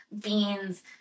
beans